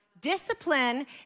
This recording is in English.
Discipline